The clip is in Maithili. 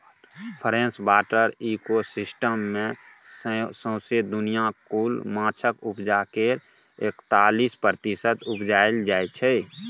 फ्रेसवाटर इकोसिस्टम मे सौसें दुनियाँक कुल माछक उपजा केर एकतालीस प्रतिशत उपजाएल जाइ छै